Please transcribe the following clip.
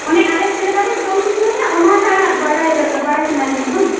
ᱢᱟᱱᱮ ᱟᱞᱮ ᱪᱮᱫ ᱞᱮᱠᱟ ᱞᱮ ᱡᱚᱢᱼᱧᱩᱭᱟ ᱚᱱᱟ ᱨᱮᱱᱟᱜ ᱵᱟᱲᱟᱭ ᱫᱚ ᱵᱟᱲᱟᱭ ᱥᱟᱱᱟᱭᱮᱫ ᱵᱮᱱᱟ ᱵᱟᱝ